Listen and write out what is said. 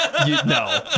No